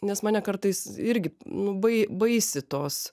nes mane kartais irgi nubai baisi tos